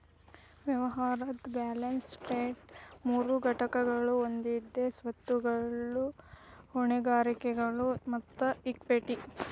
ವ್ಯವಹಾರದ್ balance sheet ಮೂರು ಘಟಕಗಳನ್ನ ಹೊಂದೆದ ಸ್ವತ್ತುಗಳು, ಹೊಣೆಗಾರಿಕೆಗಳು ಮತ್ತ ಇಕ್ವಿಟಿ